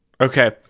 Okay